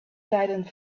silent